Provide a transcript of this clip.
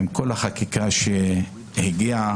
עם כל החקיקה שהגיעה,